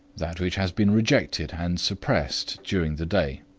that which has been rejected and suppressed during the day.